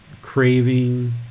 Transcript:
Craving